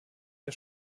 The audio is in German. der